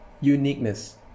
uniqueness